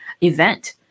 event